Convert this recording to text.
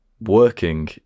Working